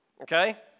okay